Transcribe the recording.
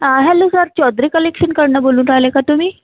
hello sir Chaudhary collection कडनं बोलून राहिले का तुम्ही